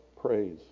praise